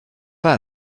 pas